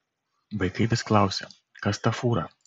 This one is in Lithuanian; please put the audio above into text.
vaikai vis klausia kas ta fūra